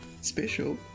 Special